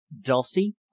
Dulcie